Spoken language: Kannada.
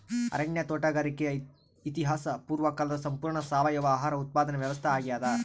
ಅರಣ್ಯ ತೋಟಗಾರಿಕೆ ಇತಿಹಾಸ ಪೂರ್ವಕಾಲದ ಸಂಪೂರ್ಣ ಸಾವಯವ ಆಹಾರ ಉತ್ಪಾದನೆ ವ್ಯವಸ್ಥಾ ಆಗ್ಯಾದ